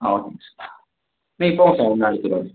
ஆ ஓகேங்க சார் நீங்கள் போங்க சார் உடனே அனுப்பிவிடுவாரு